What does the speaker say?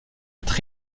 être